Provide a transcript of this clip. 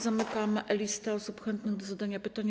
Zamykam listę osób chętnych do zadania pytania.